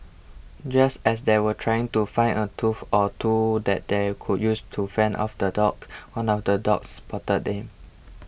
just as they were trying to find a tool or two that they could use to fend off the dogs one of the dogs spotted them